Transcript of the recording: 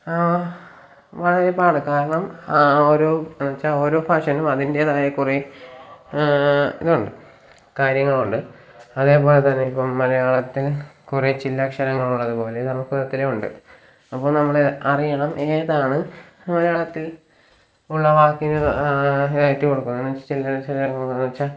വളരെ പാട് കാരണം ഓരോ എന്ന് വെച്ചാൽ ഓരോ ഭാഷയിലും അതിൻ്റെതായ കുറേ ഇതുണ്ട് കാര്യങ്ങളുണ്ട് അതേപോലെതന്നെ ഇപ്പം മലയാളത്തിനെ കുറെ ചില്ലക്ഷരങ്ങൾ ഉള്ളതുപോലെ സംസ്കൃതത്തിലുമുണ്ട് അപ്പോൾ നമ്മൾ അറിയണം ഏതാണ് മലയാളത്തിൽ ഉള്ള വാക്കിന് ഇതായിട്ട് കൊടുക്കുന്ന ചില്ലക്ഷരങ്ങളെന്നുവച്ചാൽ